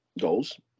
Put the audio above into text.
goals